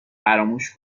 فراموش